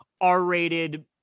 R-rated